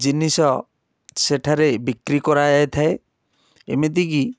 ଜିନିଷ ସେଠାରେ ବିକ୍ରି କରା ଯାଇଥାଏ ଏମିତିକି